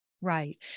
right